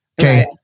Okay